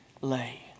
lay